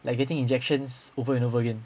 like getting injections over and over again